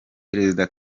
perezida